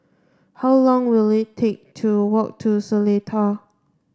how long will it take to walk to Seletar